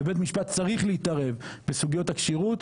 ובית המשפט צריך להתערב בסוגיות הכשירות,